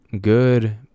good